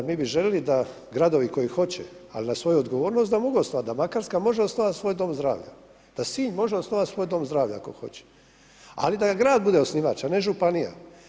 Mi bi željeli da gradovi koji hoće ali na svoju odgovornost da mogu osnovati, da Makarska može osnovati svoj dom zdravlja, da Sinj može osnovati svoj dom zdravlja ako hoće, ali da grad bude osnivač a ne županija.